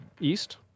east